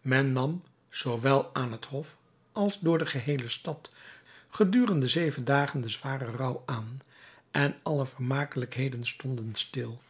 men nam zoowel aan het hof als door de geheele stad gedurende zeven dagen den zwaren rouw aan en alle vermakelijkheden stonden stil